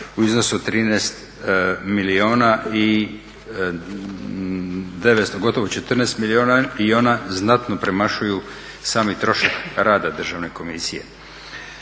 u iznosu od 13 milijuna i 900, gotovo 14 milijuna i ona znatno premašuju sami trošak rada Državne komisije.